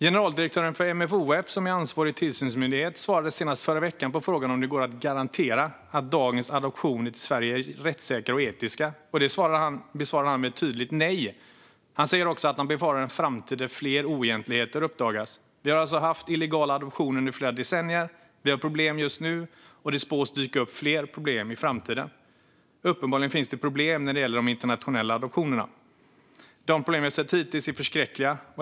Generaldirektören för MFoF, som är ansvarig tillsynsmyndighet, svarade senast i förra veckan på frågan om det går att garantera att dagens adoptioner till Sverige är rättssäkra och etiska. Den besvarade han med ett tydligt nej. Han sa också att han befarar en framtid där fler oegentligheter uppdagas. Vi har alltså haft illegala adoptioner under flera decennier, vi har problem just nu och det spås dyka upp fler problem i framtiden. Uppenbarligen finns det problem när det gäller de internationella adoptionerna. De problem som vi har sett hittills är förskräckliga.